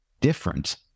different